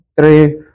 three